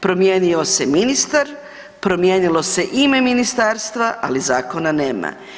Promijenio se ministar, promijenilo se ime ministarstva, ali zakona nema.